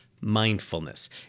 mindfulness